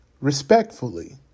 respectfully